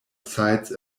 sites